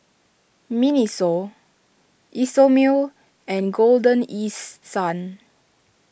Miniso Isomil and Golden East Sun